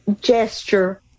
gesture